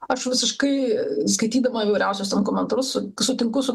aš visiškai skaitydama įvairiausius komentarus sutinku su